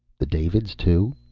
the davids, too?